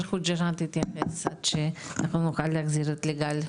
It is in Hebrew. חוג'יראת עד שאנחנו נוכל להחזיר את ליגל.